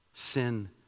Sin